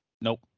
Nope